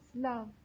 love